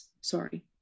sorry